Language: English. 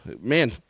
man